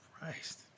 Christ